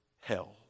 hell